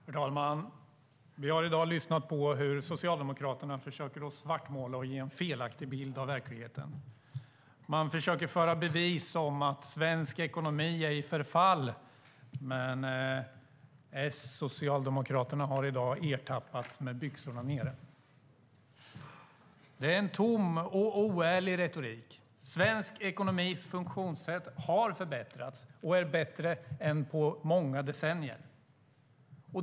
Herr talman! Vi har i dag lyssnat på hur Socialdemokraterna försöker svartmåla och ge en felaktig bild av verkligheten. De försöker föra i bevis att svensk ekonomi är i förfall, men Socialdemokraterna har i dag ertappats med byxorna nere. Det är en tom och oärlig retorik. Svensk ekonomis funktionssätt har förbättrats och är bättre än på många decennier.